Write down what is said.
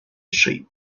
sheep